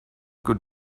could